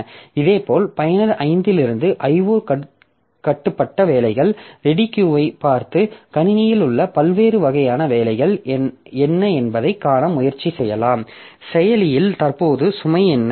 இதேபோல் பயனர் 5 இலிருந்து IO கட்டுப்பட்ட வேலைகள் ரெடி கியூ பார்த்து கணினியில் உள்ள பல்வேறு வகையான வேலைகள் என்ன என்பதைக் காண முயற்சி செய்யலாம் செயலியில் தற்போதைய சுமை என்ன